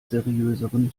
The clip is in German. seriöseren